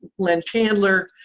len chandler,